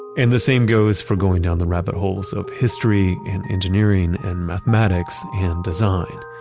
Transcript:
and the same goes for going down the rabbit holes of history and engineering and mathematics and design.